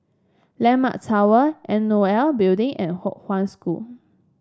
landmark Tower N O L Building and Kong Hwa School